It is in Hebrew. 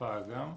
בשפה גם.